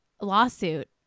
lawsuit